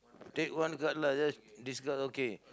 take one card lah just this card okay